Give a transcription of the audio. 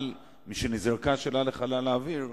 אבל משנזרקה שאלה לחלל האוויר,